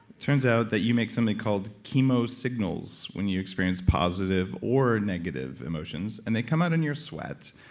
turns out that you make something called chemo signals when you experience positive or negative emotions and they come out in your sweat.